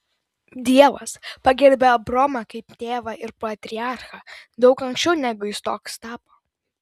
dievas pagerbė abraomą kaip tėvą ir patriarchą daug anksčiau negu jis toks tapo